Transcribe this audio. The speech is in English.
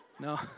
No